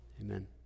Amen